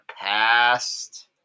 past